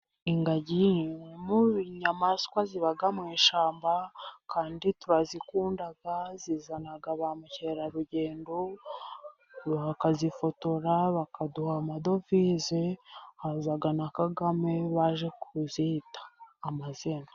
Ingagi imwe mu nyayamaswa ziba mu ishyamba, kandi turazikunda zizana ba mukerarugendo, bakazifotora bakaduha amadovize. Haza na kagame baje kuzita amazina.